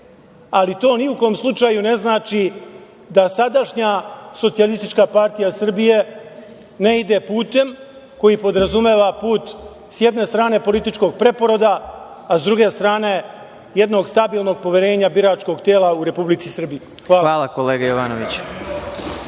ali to ni u kom slučaju ne znači da sadašnja SPS ne ide putem koji podrazumeva put s jedne strane političkog preporoda, a s druge strane jednog stabilnog poverenja biračkog tela u Republici Srbiji. Hvala. **Vladimir Marinković**